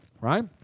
right